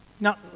Now